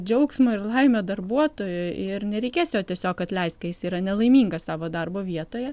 džiaugsmą ir laimę darbuotojui ir nereikės jo tiesiog atleist kai jis yra nelaimingas savo darbo vietoje